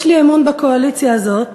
יש לי אמון בקואליציה הזאת